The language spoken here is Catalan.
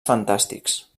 fantàstics